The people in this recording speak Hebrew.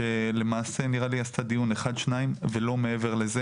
שלמעשה נראה לי שהיא עשתה דיון אחד-שניים ולא מעבר לזה.